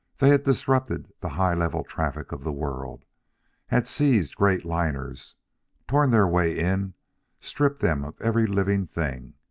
they had disrupted the high-level traffic of the world had seized great, liners torn their way in stripped them of every living thing,